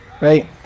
right